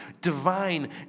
divine